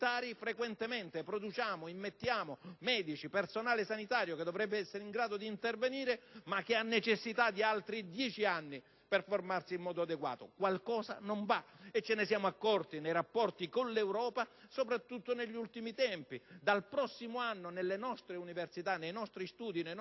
frequentemente immettiamo medici, personale sanitario che dovrebbe esser in grado di intervenire, ma che necessita di altri 10 anni per formarsi in modo adeguato. Qualcosa non va, e ce ne siamo accorti nei rapporti con l'Europa, soprattutto negli ultimi tempi. Dal prossimo anno nelle nostre università, nei nostri percorsi